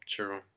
True